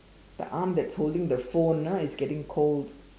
the arm that's holding the phone ah is getting cold